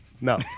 No